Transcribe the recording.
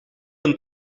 een